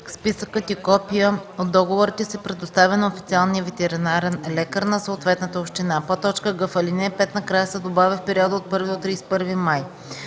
Списъкът и копия от договорите се предоставя на официалния ветеринарен лекар на съответната община.” г) в ал. 5 накрая се добавя „в периода от 1 до 31 май”.